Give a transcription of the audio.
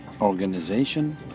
organization